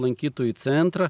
lankytojų centrą